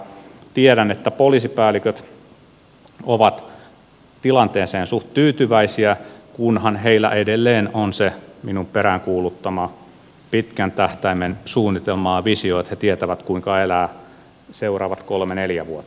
tiedän että poliisipäälliköt ovat tilanteeseen suht tyytyväisiä kunhan heillä edelleen on se minun peräänkuuluttamani pitkän tähtäimen suunnitelma ja visio että he tietävät kuinka elää seuraavat kolme neljä vuotta